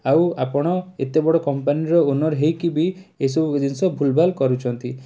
ଆଉ ଆପଣ ଏତେବଡ଼ କମ୍ପାନୀର ଓନର୍ ହେଇକି ବି ଏଇସବୁ ଜିନିଷ ଭୁଲ୍ ଭାଲ୍ କରୁଛନ୍ତି